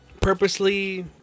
purposely